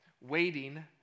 Waiting